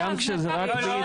לא,